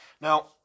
Now